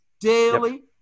daily